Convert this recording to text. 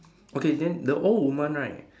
okay then the old woman right